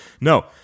No